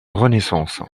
renaissance